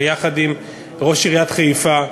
ויחד עם ראש עיריית חיפה,